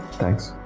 thanks.